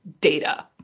data